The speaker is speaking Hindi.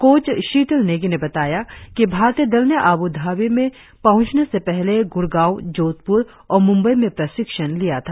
कोच शीतल नेगी ने बताया कि भारतीय दल ने आब्रधाबी में पहुंचने से पहले गुडगांव जोधप्र और मुंबई में प्रशिक्षण लिया था